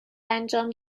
انجام